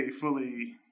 fully